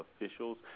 officials